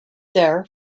there